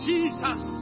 Jesus